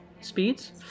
speeds